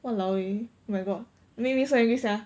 !walao! eh my god make me so angry sia